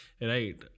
right